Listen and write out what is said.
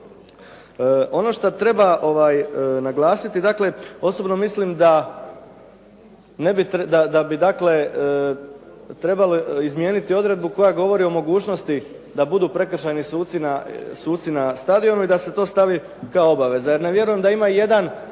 Ono šta treba naglasiti, dakle osobno mislim da bi dakle trebalo izmijeniti odredbu koja govori o mogućnosti da budu prekršajni suci na stadionu i da se to stavi kao obaveza